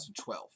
2012